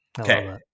Okay